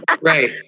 Right